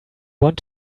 want